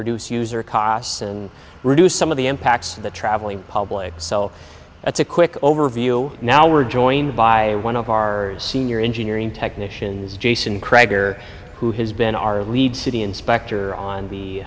reduce user costs and reduce some of the impacts of the traveling public so that's a quick overview now we're joined by one of our senior engineering technicians jason craig or who has been our lead city inspector on the